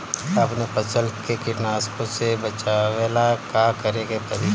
अपने फसल के कीटनाशको से बचावेला का करे परी?